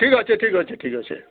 ଠିକ୍ ଅଛେ ଠିକ୍ ଅଛେ ଠିକ୍ ଅଛେ